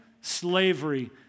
slavery